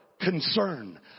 concern